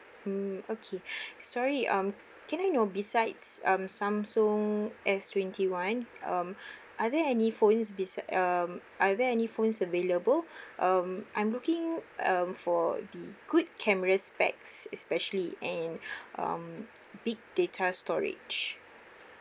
mm okay sorry um can I know besides um samsung S twenty one um are there any phones besid~ um are there any phones available um I'm looking um for the good camera specs especially and um big data storage